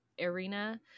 arena